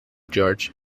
george